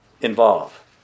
involve